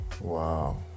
Wow